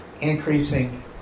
increasing